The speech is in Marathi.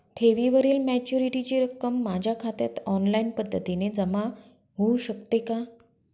ठेवीवरील मॅच्युरिटीची रक्कम माझ्या खात्यात ऑनलाईन पद्धतीने जमा होऊ शकते का?